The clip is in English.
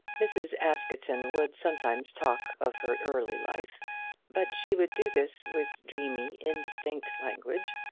mrs. askerton would sometimes talk of her early life but she would do this with dreamy, indistinct language,